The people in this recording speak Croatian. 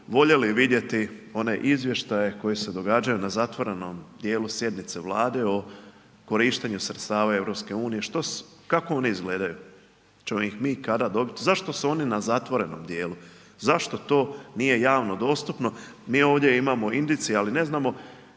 voljeli vidjeti one izvještaje koji se događaju na zatvorenom dijelu sjednice Vlade o korištenju sredstava EU što, kako oni izgledaju, hoćemo li ih mi kada dobiti? Zašto su oni na zatvorenom dijelu? Zašto to nije javno dostupno? Mi ovdje imamo indicije ali ne znamo